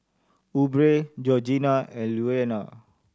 Aubree Georgina and Louanna